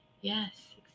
Yes